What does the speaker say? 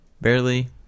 Barely